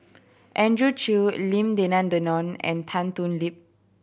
Andrew Chew Lim Denan Denon and Tan Thoon Lip